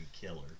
killer